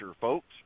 folks